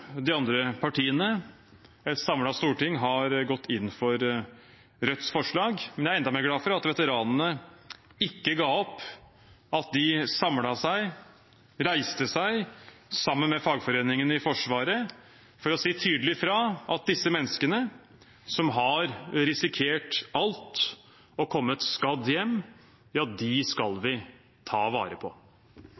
de andre partiene – et samlet storting – har gått inn for Rødts forslag, men jeg er enda mer glad for at veteranene ikke ga opp: at de samlet seg, reiste seg, sammen med fagforeningene i Forsvaret, for å si tydelig fra om at disse menneskene som har risikert alt og kommet skadd hjem, dem skal